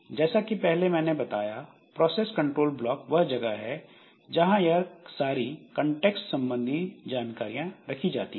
जैसा कि मैंने पहले बताया प्रोसेस कंट्रोल ब्लॉक वह जगह है जहां यह सारी कांटेक्स्ट से संबंधित चीजें रखी जाती हैं